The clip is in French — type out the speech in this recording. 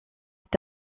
est